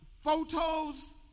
photos